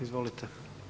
Izvolite!